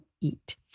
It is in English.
eat